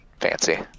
fancy